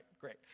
great